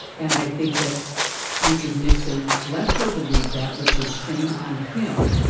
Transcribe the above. and i think that richard nixon let her believe that, which is shame on him,